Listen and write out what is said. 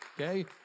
Okay